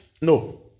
No